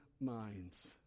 minds